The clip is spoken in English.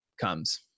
comes